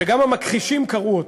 שגם המכחישים קראו אותו,